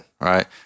right